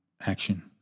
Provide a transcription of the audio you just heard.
action